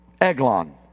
Eglon